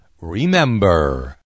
Remember